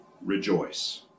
rejoice